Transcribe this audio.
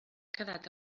quedat